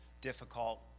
difficult